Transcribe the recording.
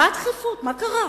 מה הדחיפות, מה קרה?